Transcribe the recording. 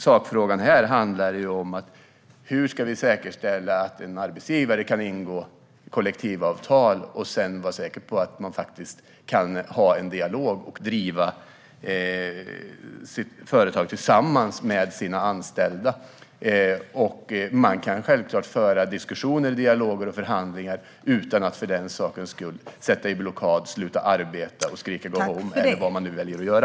Sakfrågan här är dock hur vi ska säkerställa att en arbetsgivare kan ingå kollektivavtal och sedan vara säker på att kunna ha en dialog och driva sitt företag tillsammans med sina anställda. Man kan självklart föra diskussioner, dialoger och förhandlingar utan att för den sakens skull sätta någon i blockad, sluta arbeta, skrika "Go home!" eller vad man nu väljer att göra.